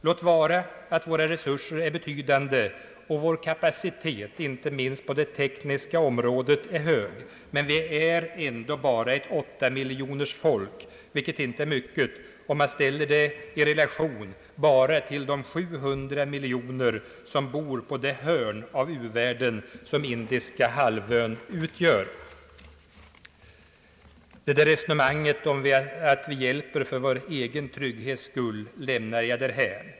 Låt vara att våra resurser är betydande och vår kapacitet hög, inte minst på det tekniska området, men vi är ändå bara ett åttamiljonersfolk, vilket inte är mycket om man ställer det i relation till de 700 miljoner som bor bara i det hörn av u-världen som Indiska halvön utgör. Resonemanget om att vi hjälper för vår egen trygghets skull lämnar jag därhän.